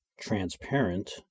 transparent